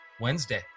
Wednesday